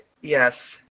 Yes